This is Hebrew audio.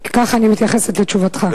כי ככה אני מתייחסת לתשובתך,